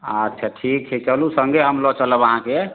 अच्छा ठीक छै चलू सङ्गे हम लऽ चलब अहाँके